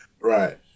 Right